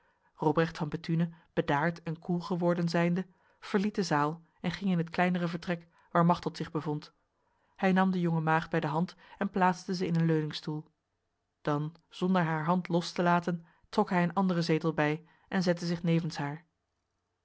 robrecht van bethune bedaard en koel geworden zijnde verliet de zaal en ging in het kleinere vertrek waar machteld zich bevond hij nam de jonge maagd bij de hand en plaatste ze in een leuningstoel dan zonder haar hand los te laten trok hij een andere zetel bij en zette zich nevens haar